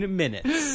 minutes